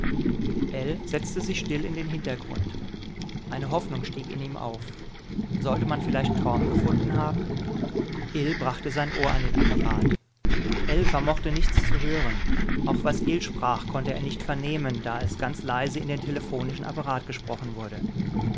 setzte sich still in den hintergrund eine hoffnung stieg in ihm auf sollte man vielleicht torm gefunden haben ill brachte sein ohr an den apparat ell vermochte nichts zu hören auch was ill sprach konnte er nicht vernehmen da es ganz leise in den telephonischen apparat gesprochen wurde